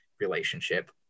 relationship